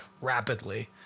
rapidly